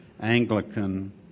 Anglican